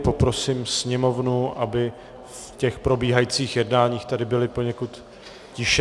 Poprosím sněmovnu, aby v těch probíhajících jednáních tady byli poněkud tišší.